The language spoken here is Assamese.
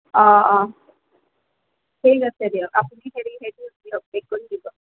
ঠিক আছে দিয়ক আপুনি হেৰি হেৰিত